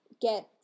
get